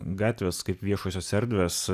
gatvės kaip viešosios erdvės